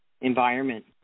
environment